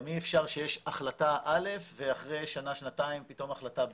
גם אי אפשר שיש החלטה א' ואחרי שנה שנתיים פתאום החלטה ב'.